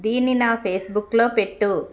దీన్ని నా ఫేస్బుక్లో పెట్టు